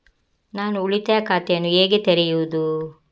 ನಾನು ಉಳಿತಾಯ ಖಾತೆಯನ್ನು ಹೇಗೆ ತೆರೆಯುದು?